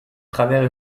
travers